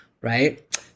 right